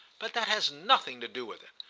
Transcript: but that has nothing to do with it.